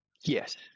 Yes